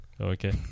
Okay